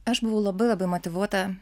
aš buvau labai labai motyvuota